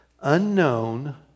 Unknown